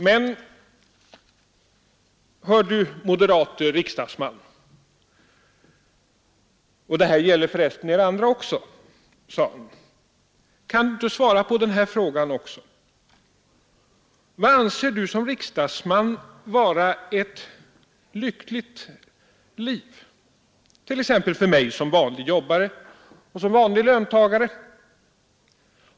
Men, hör du moderata riksdagsman, och det här gäller för resten er andra också, sade han, kan du inte svara på den här frågan också. Vad anser du som riksdagsman vara ett lyckligt liv, t.ex. för mig som vanlig jobbare och som vanlig löntagare?